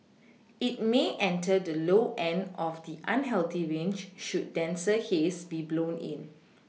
it may enter the low end of the unhealthy range should denser haze be blown in